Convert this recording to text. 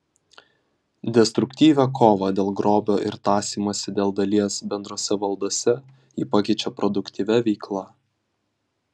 destruktyvią kovą dėl grobio ir tąsymąsi dėl dalies bendrose valdose ji pakeičia produktyvia veikla